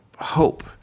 hope